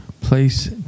place